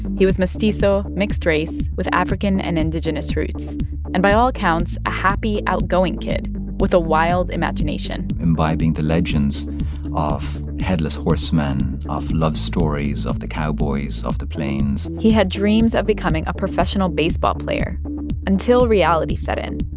he was mestizo mixed-race with african and indigenous roots and, by all accounts, a happy, outgoing kid with a wild imagination imbibing the legends of headless horsemen, of love stories, of the cowboys, of the plains he had dreams of becoming a professional baseball player until reality set in.